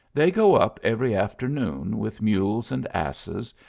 they go up every afternoon with mules and asses,